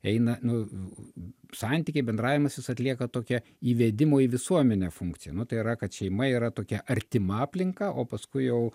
eina nu santykiai bendravimas jis atlieka tokią įvedimo į visuomenę funkciją nu tai yra kad šeima yra tokia artima aplinka o paskui jau